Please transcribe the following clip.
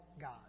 God